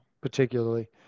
particularly